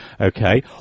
okay